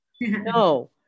no